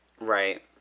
Right